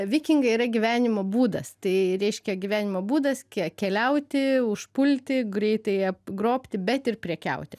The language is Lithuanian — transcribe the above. vikingai yra gyvenimo būdas tai reiškia gyvenimo būdas keliauti užpulti greitai apgrobti bet ir prekiauti